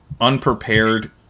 unprepared